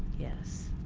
yes,